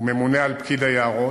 וממונה על פקיד היערות,